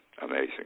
Amazing